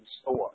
store